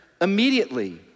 immediately